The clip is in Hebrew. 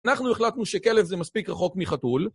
אנחנו החלטנו שכלב זה מספיק רחוק מחתול.